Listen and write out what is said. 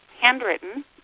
handwritten